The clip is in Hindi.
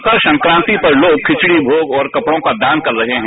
मकर संक्राति पर लोग खिचड़ी भोग और कपड़ो का दान कर रहे हैं